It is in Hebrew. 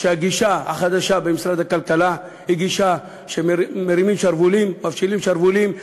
החדשה במשרד הכלכלה היא גישה שמפשילים שרוולים,